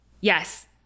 Yes